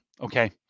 okay